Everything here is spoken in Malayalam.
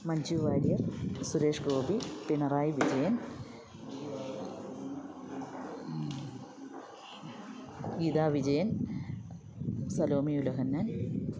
മഞ്ജു വാര്യർ സുരേഷ് ഗോപി പിണറായി വിജയൻ ഗീതാ വിജയൻ സലോമി ഉലഹന്നാൻ